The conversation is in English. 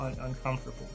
uncomfortable